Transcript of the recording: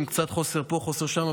עם קצת חוסר פה וחוסר שם,